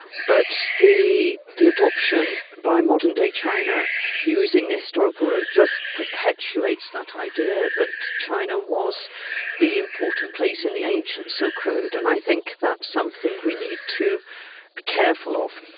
but the the adoption by modern-day china of using the historical road just perpetuates that idea that china was the important place in the ancient silk road, and i think that's something we need to be careful of.